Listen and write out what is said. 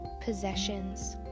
possessions